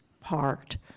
parked